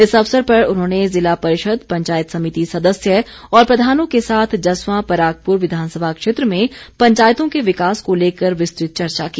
इस अवसर पर उन्होंने जिला परिषद पंचायत समिति सदस्य और प्रधानों के साथ जसवां परागपुर विधानसभा क्षेत्र में पंचायतों के विकास को लेकर विस्तृत चर्चा की